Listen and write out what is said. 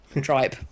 tribe